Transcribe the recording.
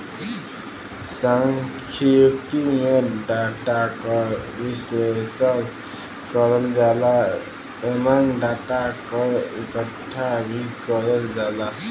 सांख्यिकी में डाटा क विश्लेषण करल जाला एमन डाटा क इकठ्ठा भी करल जाला